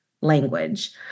language